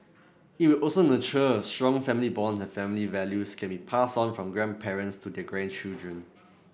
it will also nurture strong family bonds and family values can be passed on from grandparents to their grandchildren